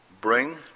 bring